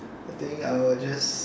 I think I will just